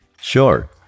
Sure